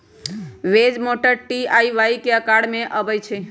hedge mower T आ Y के अकार में अबई छई